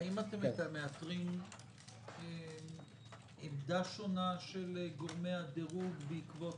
האם אתם מאתרים עמדה שונה של גורמי הדירוג בעקבות